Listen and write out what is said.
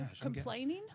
complaining